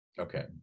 Okay